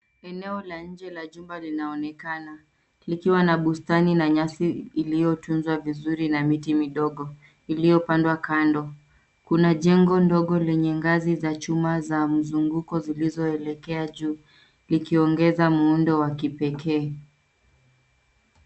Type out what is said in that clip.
Eneo la nje la jumba linaonekana likiwa na bustani na nyasi iliyotunzwa vizuri na miti midogo iliyopandwa kando. Kuna jengo ndogo lenye ngazi za chuma za mzunguko zilizoelekea juu likiongeza muundo wa kipekee.